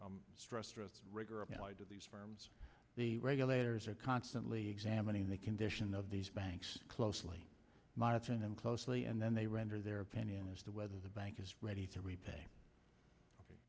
to these firms the regulators are constantly examining the condition of these banks closely monitoring them closely and then they render their opinion as to whether the bank is ready to repay